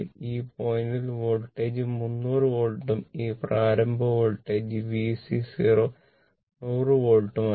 ഈ പോയിന്റിൽ വോൾട്ടേജ് 300 വോൾട്ടും ഈ പ്രാരംഭ വോൾട്ടേജ് VC 0 100 വോൾട്ട് ആയിരുന്നു